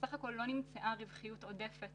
בסך הכול לא נמצאה רווחיות עודפת